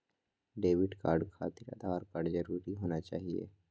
Debit card खातिर Aadhaar card जरूरी होना चाहिए?